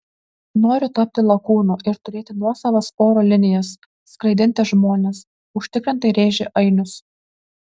noriu tapti lakūnu ir turėti nuosavas oro linijas skraidinti žmones užtikrintai rėžė ainius